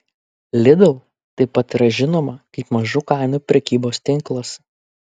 lidl taip pat yra žinoma kaip mažų kainų prekybos tinklas